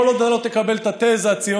כל עוד אתה לא תקבל את התזה הציונית,